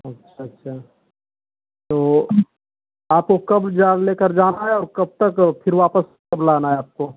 अच्छा अच्छा तो आपको कब जा लेकर जाना है और कब तक फ़िर वापस कब लाना हे आपको